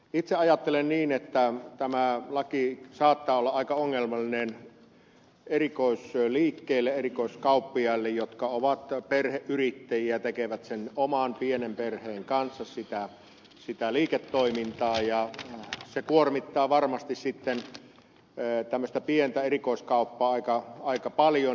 itse ajattelen niin että tämä laki saattaa olla aika ongelmallinen erikoisliikkeille erikoiskauppiaille jotka ovat perheyrittäjiä tekevät sen oman pienen perheen kanssa sitä liiketoimintaa ja se kuormittaa varmasti sitten tämmöistä pientä erikoiskauppaa aika paljon